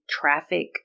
traffic